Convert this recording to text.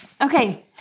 Okay